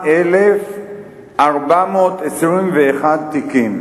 78,421 תיקים.